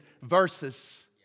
verses